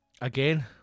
again